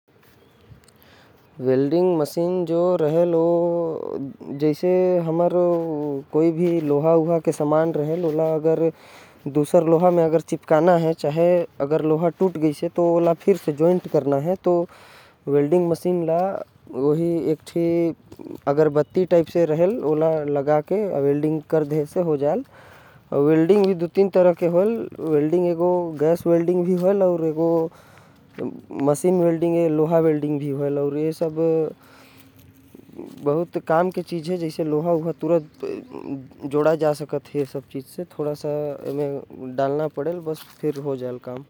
Welding machine के काम लोहा गरम कर के जोड़े के काम आथे। ओकर इस्तेमाल करके लोग मन लोहा के जोरथे अउ ओके आकर देथे। टूटल लोहा के जॉइंट करे मैं भी वेल्डिंग मशीन के काम होथे।